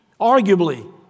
Arguably